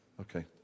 Okay